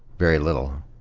very little.